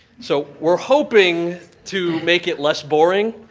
so we're hoping to make it less boring.